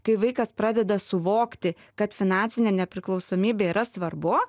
kai vaikas pradeda suvokti kad finansinė nepriklausomybė yra svarbu